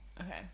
Okay